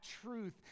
truth